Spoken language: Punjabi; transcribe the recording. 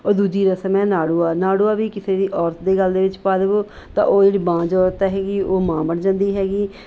ਔਰ ਦੂਜੀ ਰਸਮ ਹੈ ਨਾੜੂਆ ਨਾੜੂਆ ਵੀ ਕਿਸੇ ਦੀ ਔਰਤ ਦੇ ਗਲ਼ ਵਿੱਚ ਪਾ ਦੇਵੋ ਤਾਂ ਉਹ ਜਿਹੜੀ ਬਾਂਝ ਔਰਤ ਹੈਗੀ ਉਹ ਮਾਂ ਬਣ ਜਾਂਦੀ ਹੈਗੀ